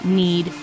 need